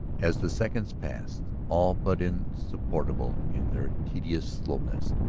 as the seconds passed, all but insupportable in their tedious slowness,